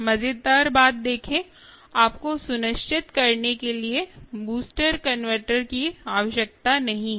मज़ेदार बात देखें आपको सुनिश्चित करने के लिए बूस्टर कनवर्टर की आवश्यकता नहीं है